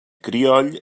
crioll